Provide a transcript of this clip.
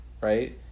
right